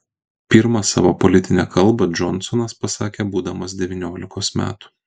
pirmą savo politinę kalbą džonsonas pasakė būdamas devyniolikos metų